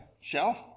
shelf